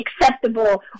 acceptable